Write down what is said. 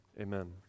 Amen